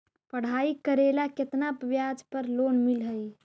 पढाई करेला केतना ब्याज पर लोन मिल हइ?